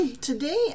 Today